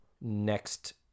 next